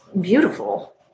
beautiful